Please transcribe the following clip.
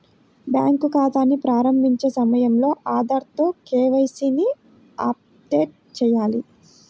bank ఖాతాని ప్రారంభించే సమయంలో ఆధార్ తో కే.వై.సీ ని అప్డేట్ చేయాలి